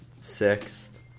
sixth